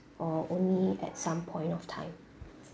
or only at some point of time